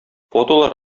фотолар